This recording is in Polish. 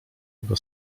jego